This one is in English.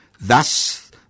Thus